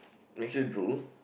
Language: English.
makes you drool